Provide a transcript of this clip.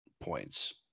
points